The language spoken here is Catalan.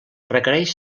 requereix